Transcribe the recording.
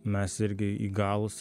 mes irgi įgalūs